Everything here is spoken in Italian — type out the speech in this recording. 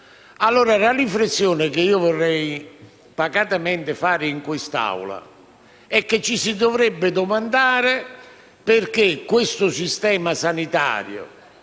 pertanto la riflessione che vorrei pacatamente fare in quest'Aula è che ci si dovrebbe domandare perché il nostro Sistema sanitario,